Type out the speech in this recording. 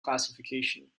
classification